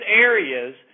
areas